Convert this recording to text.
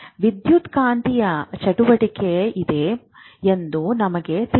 ವಿದ್ಯುತ್ಕಾಂತೀಯ ಚಟುವಟಿಕೆ ಇದೆ ಎಂದು ನಮಗೆ ತಿಳಿದಿಲ್ಲ